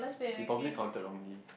he probably counted wrongly